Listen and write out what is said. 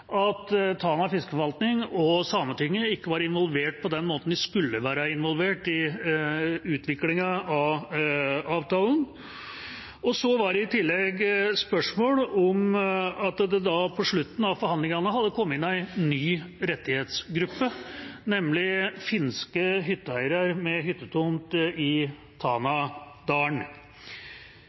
at Tanavassdragets fiskeforvaltning og Sametinget ikke var involvert i utviklingen av avtalen på den måten de skulle være involvert. I tillegg var det spørsmål om at det på slutten av forhandlingene hadde kommet inn en ny rettighetsgruppe, nemlig finske hytteeiere med hyttetomt i